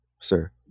sir